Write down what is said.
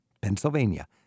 Pennsylvania